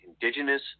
indigenous